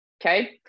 Okay